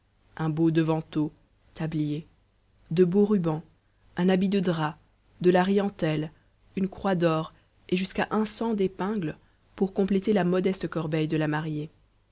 un beau devanteau tablier de beaux rubans un habit de drap de la rientelle une croix d'or et jusqu'à un cent d'épingles pour compléter la modeste corbeille de la mariée